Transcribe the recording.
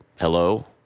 Hello